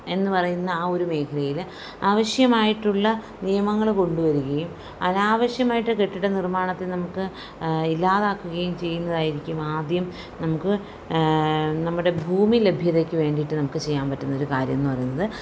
എന്ന് പറയുന്ന ആ ഒരു മേഖലയിൽ ആവശ്യമായിട്ടുള്ള നിയമങ്ങൾ കൊണ്ടു വരുകയും അനാവശ്യമായിട്ട് കെട്ടിട നിർമ്മാണത്തിന് നമുക്ക് ഇല്ലാതാക്കുകയും ചെയ്യുന്നതായിരിക്കും ആദ്യം നമുക്ക് നമ്മുടെ ഭൂമി ലഭ്യതക്ക് വേണ്ടിയിട്ട് നമുക്ക് ചെയ്യാൻ പറ്റുന്നൊരു കാര്യം എന്ന് പറയുന്നത്